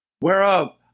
whereof